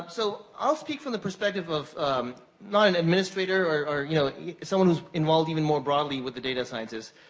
so, i'll speak from the perspective of not an administrator or or you know yeah someone who's involved even more broadly with the data scientists,